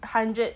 hundred